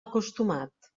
acostumat